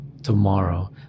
Tomorrow